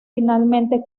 finalmente